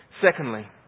Secondly